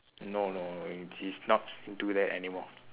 no no no and he's not into that anymore